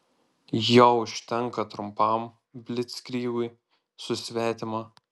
jo užtenka trumpam blickrygui su svetima